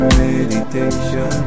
meditation